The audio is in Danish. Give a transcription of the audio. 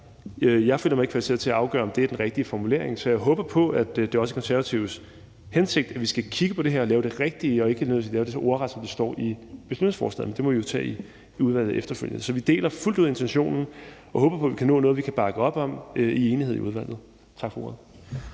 her, føler jeg mig ikke kvalificeret til at afgøre om er den rigtige. Så jeg håber på, at det også er Konservatives hensigt, at vi skal kigge på det her og lave det rigtige og ikke ordret det, der står i beslutningsforslaget. Men det må vi jo tage i udvalget efterfølgende. Så vi deler fuldt ud intentionen og håber på, vi kan nå noget, som vi kan bakke op om i enighed i udvalget. Tak for ordet.